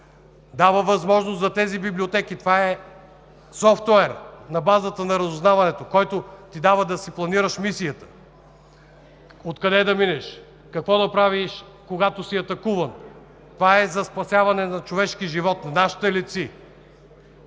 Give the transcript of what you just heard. Дава възможност за тези библиотеки – това е софтуерът, който на базата на разузнаването ти дава да си планираш мисията, откъде да минеше, какво да правиш, когато си атакуван. Това е за спасяване на човешки живот, на нашите летци.